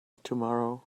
tomorrow